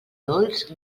dolç